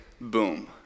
boom